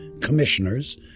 commissioners